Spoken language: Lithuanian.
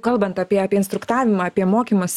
kalbant apie apie instruktavimą apie mokymus